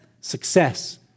success